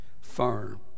firm